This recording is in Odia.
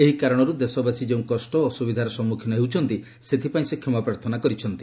ଏହି କାରଣରୁ ଦେଶବାସୀ ଯେଉଁ କଷ୍ଟ ଓ ଅସୁବିଧାର ସମ୍ମୁଖୀନ ହେଉଛନ୍ତି ସେଥିପାଇଁ ସେ କ୍ଷମା ପ୍ରାର୍ଥନା କରିଛନ୍ତି